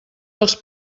els